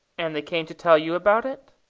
and they came to tell you about it?